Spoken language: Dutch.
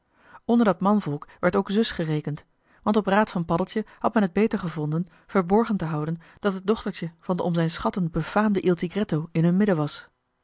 onder dat manvolk werd ook zus gerekend want op raad van paddeltje had men het beter gevonden verborgen te houden dat het dochtertje van den om zijn schatten befaamden il tigretto in hun midden was